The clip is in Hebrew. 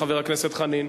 לחבר הכנסת חנין.